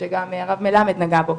שגם אני חושבת שהרב מלמד נגע בו,